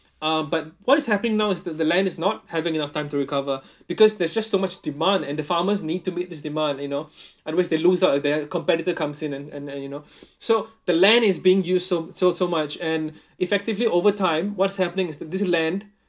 uh but what is happening now is that the land is not having enough time to recover because there's just so much demand and the farmers need to meet this demand you know otherwise they lose out their competitor comes in and and and you know so the land is being used so so so much and effectively over time what's happening is that this land